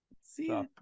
See